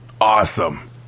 Awesome